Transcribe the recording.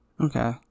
Okay